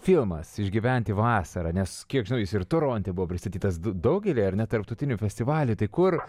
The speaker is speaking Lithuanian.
filmas išgyventi vasarą nes kiek žinau jis ir toronte buvo pristatytas daugelyje ar ne tarptautinių festivalių tai kur